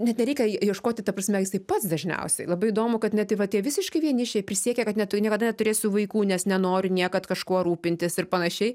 net nereikia ie ieškoti ta prasme jisai pats dažniausiai labai įdomu kad net va tie visiški vienišiai prisiekę kad net niekada neturėsiu vaikų nes nenoriu niekad kažkuo rūpintis ir panašiai